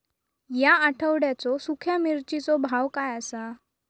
या आठवड्याचो सुख्या मिर्चीचो भाव काय आसा?